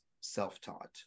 self-taught